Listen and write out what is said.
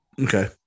Okay